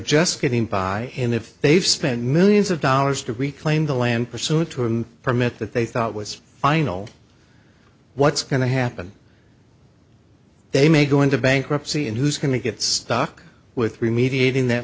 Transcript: just getting buy in if they've spent millions of dollars to reclaim the land pursuant to rim permit that they thought was final what's going to happen they may go into bankruptcy and who's going to get stuck with remediating that